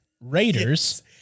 Raiders